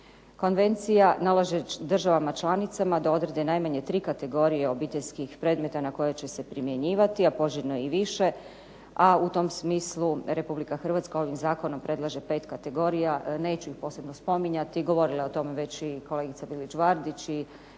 Konvencija nalaže državama članicama da odredi najmanje tri kategorije obiteljskih predmeta na koje će se primjenjivati, a poželjno je i više, a u tom smislu Republika Hrvatska ovim zakonom predlaže pet kategorija. Neću ih posebno spominjati. Govorila je o tome već i kolegica Bilić Vardić i